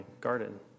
garden